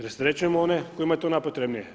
Rasterećujemo one kojima je to najpotrebnije.